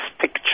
picture